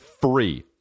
free